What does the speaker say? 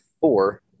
four